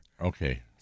Okay